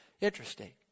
Interesting